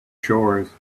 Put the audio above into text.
chores